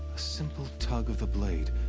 simple tug of the blade.